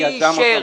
מי יזם אותם?